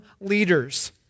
leaders